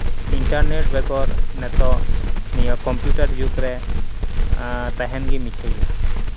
internet ᱵᱮᱜᱚᱨ ᱱᱤᱛᱚᱜ ᱱᱤᱭᱟᱹ ᱠᱚᱢᱯᱤᱭᱩᱴᱟᱨ ᱡᱩᱜᱽ ᱨᱮ ᱛᱟᱦᱮᱱ ᱜᱮ ᱢᱤᱪᱷᱟᱹ ᱜᱮᱭᱟ